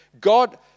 God